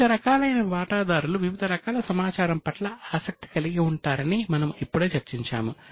వివిధ రకాలైన వాటాదారులు వివిధ రకాల సమాచారం పట్ల ఆసక్తి కలిగి ఉంటారని మనము ఇప్పుడే చర్చించాము